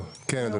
טוב, כן אדוני?